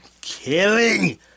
killing